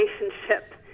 relationship